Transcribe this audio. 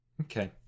okay